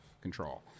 control